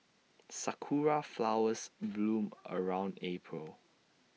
Sakura Flowers bloom around April